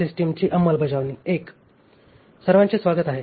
सर्वांचे स्वागत आहे